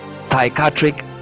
psychiatric